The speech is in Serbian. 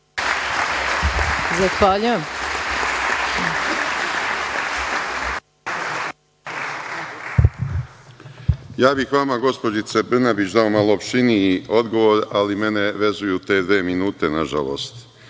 Šešelj** Ja bih vama, gospođice Brnabić, dao malo opširniji odgovor, ali mene vezuju te dve minute, nažalost,